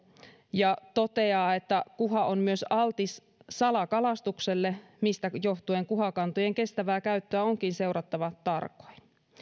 ja toteaa että kuha on myös altis salakalastukselle mistä johtuen kuhakantojen kestävää käyttöä onkin seurattava tarkoin